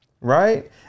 right